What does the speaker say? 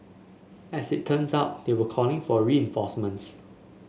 as it turns out they were calling for reinforcements